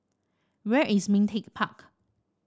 where is Ming Teck Park